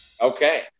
Okay